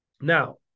Now